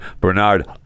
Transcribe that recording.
Bernard